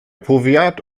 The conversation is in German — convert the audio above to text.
powiat